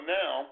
now